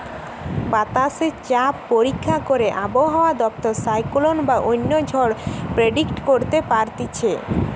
বাতাসে চাপ পরীক্ষা করে আবহাওয়া দপ্তর সাইক্লোন বা অন্য ঝড় প্রেডিক্ট করতে পারতিছে